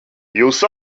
jūs